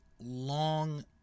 long